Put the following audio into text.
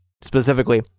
specifically